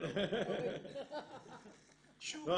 אז